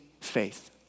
faith